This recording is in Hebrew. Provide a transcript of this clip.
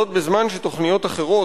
בזמן שתוכניות אחרות,